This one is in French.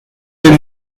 des